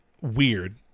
weird